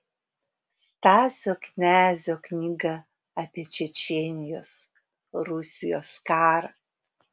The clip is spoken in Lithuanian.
stasio knezio knyga apie čečėnijos rusijos karą